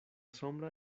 sombra